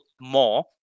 more